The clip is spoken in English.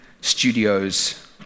studios